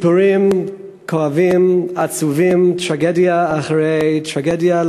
סיפורים כואבים, עצובים, טרגדיה אחרי טרגדיה.